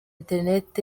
internet